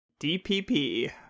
DPP